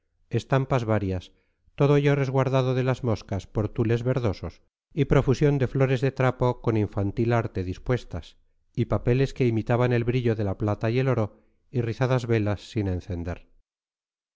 estampas varias todo ello resguardado de las moscas por tules verdosos y profusión de flores de trapo con infantil arte dispuestas y papeles que imitaban el brillo de la plata y el oro y rizadas velas sin encender